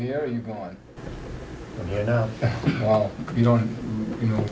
hear you go on you know you don't you know